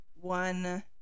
one